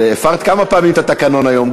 הפרת כמה פעמים את התקנון היום.